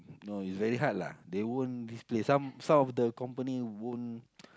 no it's very hard lah they won't display some some of the companies won't